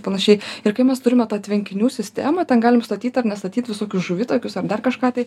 panašiai ir kai mes turime tą tvenkinių sistemą ten galim statyt ar nestatyt visokius žuvitakius ar dar kažką tai